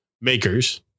makers